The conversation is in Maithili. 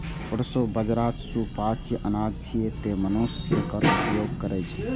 प्रोसो बाजारा सुपाच्य अनाज छियै, तें मनुष्य एकर उपभोग करै छै